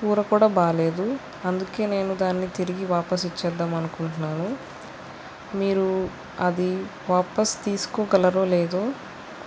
కూర కూడా బాగాలేదు అందుకే నేను దాన్ని తిరిగి వాపసు ఇచ్చేద్దాం అనుకుంటున్నాను మీరు అది వాపసు తీసుకోగలరో లేదో